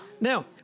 Now